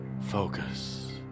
Focus